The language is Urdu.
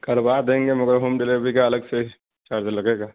کروا دیں گے مگر ہوم ڈلیوری کا الگ سے چارج لگے گا